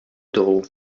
taureau